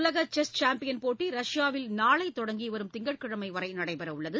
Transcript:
உலக chess champion போட்டி ரஷ்யாவில் நாளை தொடங்கி வரும் திங்கட்கிழமை வரை நடைபெறவுள்ளது